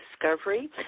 discovery